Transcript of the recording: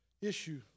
issue